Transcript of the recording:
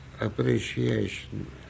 appreciation